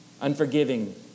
unforgiving